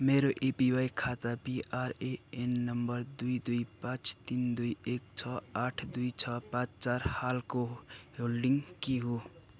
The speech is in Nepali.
मेरो एपिवाई खाता पिआरएएन नम्बर दुई दुई पाँच तिन दुई एक छ आठ दुई छ पाँच चार हालको होल्डिङ के हो